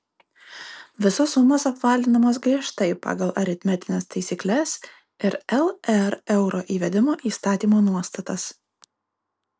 visos sumos apvalinamos griežtai pagal aritmetines taisykles ir lr euro įvedimo įstatymo nuostatas